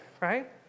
right